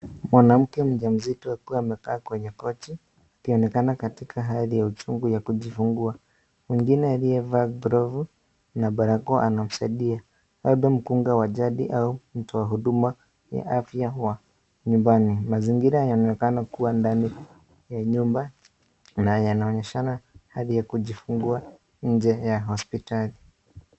Mwanamke mjamzito akiwa amekaa kwenye Kochi akionekana katika hali ya uchungu ya kujifungua, mwingine aliyevaa glovu na barakoa anamsaidia, mkunga wa jadi aumtu wahuduma ni afya ya nyumbani. mazingira yanaonekana kuwa ndani ya nyumba na yenye inaonyeshana halia ya kujifungua nje ya hospitali.